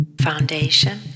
Foundation